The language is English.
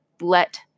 let